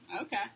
Okay